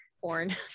porn